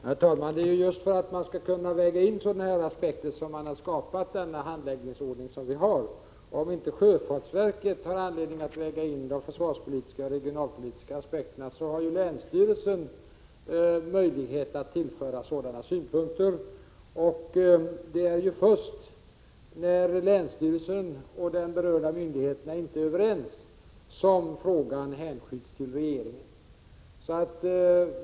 Herr talman! Det är just för att kunna väga in sådana aspekter som man har skapat den handläggningsordning som vi har. Om inte sjöfartsverket har anledning att lägga in de regionalpolitiska synpunkterna har ju länsstyrelsen möjligheter att anföra sådana. Det är först när länsstyrelsen och de berörda myndigheterna inte är överens som frågan hänskjuts till regeringen.